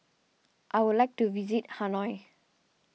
I would like to visit Hanoi